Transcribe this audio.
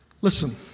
Listen